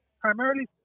primarily